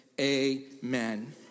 Amen